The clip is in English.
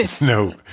no